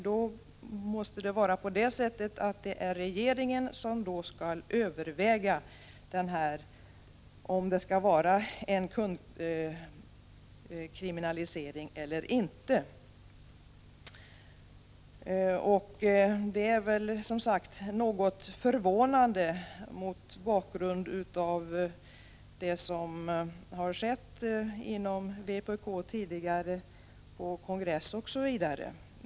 Då måste det vara på det sättet att det är regeringen som skall överväga om kunderna skall kriminaliseras eller inte. Det är väl som sagt något förvånande mot bakgrund av det som har skett inom vpk tidigare, på partiets kongress osv.